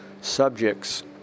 subjects